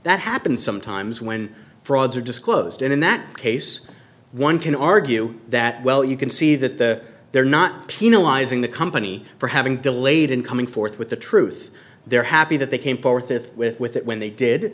that happens sometimes when frauds are disclosed and in that case one can argue that well you can see that they're not penalizing the company for having delayed in coming forth with the truth they're happy that they came forth with with it when they did